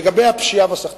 לגבי הפשיעה והסחטנות,